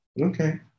okay